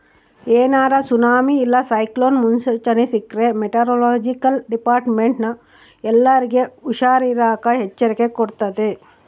ಏನಾರ ಸುನಾಮಿ ಇಲ್ಲ ಸೈಕ್ಲೋನ್ ಮುನ್ಸೂಚನೆ ಸಿಕ್ರ್ಕ ಮೆಟೆರೊಲೊಜಿಕಲ್ ಡಿಪಾರ್ಟ್ಮೆಂಟ್ನ ಎಲ್ಲರ್ಗೆ ಹುಷಾರಿರಾಕ ಎಚ್ಚರಿಕೆ ಕೊಡ್ತತೆ